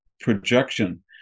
projection